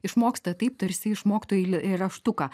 išmoksta taip tarsi išmoktų eilėraštuką